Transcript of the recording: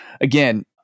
Again